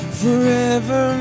forever